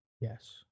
Yes